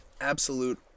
absolute